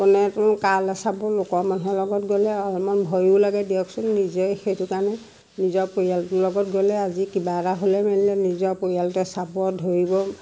কোনেনো কালৈ চাব লোকৰ মানুহৰ লগত গ'লে অলপমান ভয়ো লাগে দিয়কচোন নিজে সেইটো কাৰণে নিজৰ পৰিয়ালটোৰ লগত গ'লে আজি কিবা এটা হ'লে মেলিলে নিজৰ পৰিয়ালটোৱে চাব ধৰিব